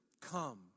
come